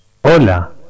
Hola